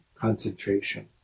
concentration